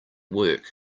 work